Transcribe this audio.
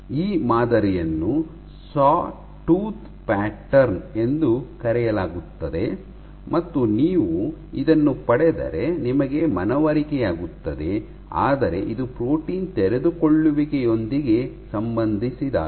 ಈ ಮಾದರಿಯನ್ನು sawtooth pattern ಎಂದು ಕರೆಯಲಾಗುತ್ತದೆ ಮತ್ತು ನೀವು ಇದನ್ನು ಪಡೆದರೆ ನಿಮಗೆ ಮನವರಿಕೆಯಾಗುತ್ತದೆ ಆದರೆ ಇದು ಪ್ರೋಟೀನ್ ತೆರೆದುಕೊಳ್ಳುವಿಕೆಯೊಂದಿಗೆ ಸಂಬಂಧಿಸಿದ್ದಾಗಿದೆ